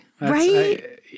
right